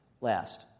last